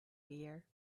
year